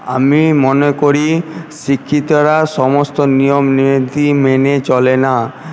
আমি মনে করি শিক্ষিতরা সমস্ত নিয়মনীতি মেনে চলে না